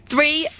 Three